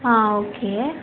ஆ okay